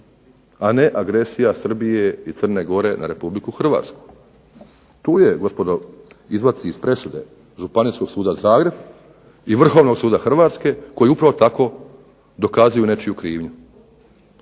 a ne agresija Srbije i Crne gore na Republiku Hrvatsku. Tu je gospodo, izvaci iz presude Županijskog suda Zagreb i Vrhovnog suda Hrvatske koji upravo tako dokazuju nečiju krivnju,